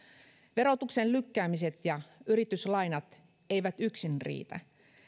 verotuksen lykkäämiset ja yrityslainat eivät yksin riitä